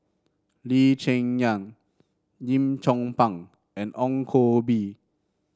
Lee Cheng Yan Lim Chong Pang and Ong Koh Bee